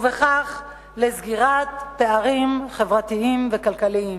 ובכך לסגירת פערים חברתיים וכלכליים,